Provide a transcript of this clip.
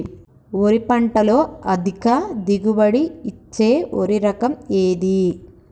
వరి పంట లో అధిక దిగుబడి ఇచ్చే వరి రకం ఏది?